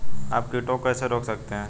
आप कीटों को कैसे रोक सकते हैं?